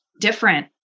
different